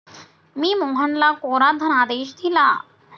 मी मोहनला कोरा धनादेश दिला